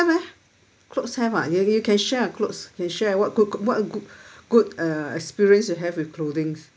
meh clothes have ah you you can share clothes can share what good what good good uh experience you have with clothings